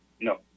No